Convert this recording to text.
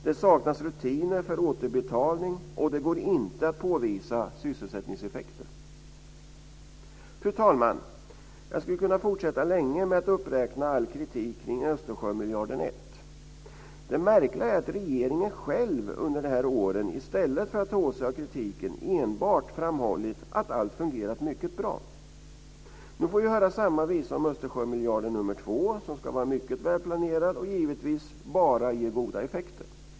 Det saknas rutiner för återbetalning, och det går inte att påvisa sysselsättningseffekter. Fru talman! Jag skulle kunna fortsätta länge med att uppräkna all kritik kring Österjösmiljarden 1. Det märkliga är att regeringen själv under de här åren i stället för att ta åt sig av kritiken enbart har framhållit att allt fungerat mycket bra. Nu får vi höra samma visa om Östersjömiljarden nr 2, som ska vara mycket välplanerad och givetvis bara ge goda effekter.